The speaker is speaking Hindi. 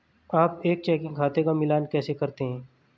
आप एक चेकिंग खाते का मिलान कैसे करते हैं?